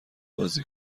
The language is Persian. بازی